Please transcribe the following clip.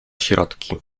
środki